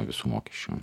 visų mokesčių